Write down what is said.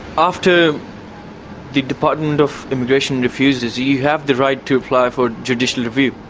after the department of immigration refuses you, you have the right to apply for judicial review.